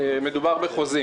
תעבירו לנו.